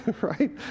right